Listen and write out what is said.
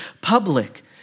public